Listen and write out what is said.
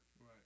Right